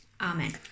Amen